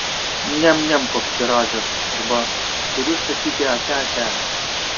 niam niam koks pyragas arba turiu sakyti ate ate